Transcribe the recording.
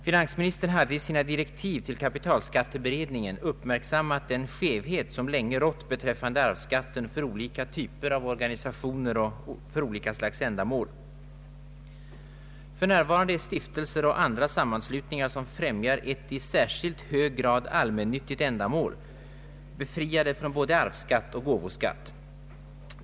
Finansministern hade i sina direktiv till kapitalskatteberedningen uppmärksammat den skevhet, som länge rått beträffande arvsskatten för olika typer av organisationer och för olika slags ändamål, befriade från både arvsskatt och andra sammanslutningar, som främjar ett i särskilt hög grad allmännyttigt ändamål, befriade från både avsskatt och gåvoskatt.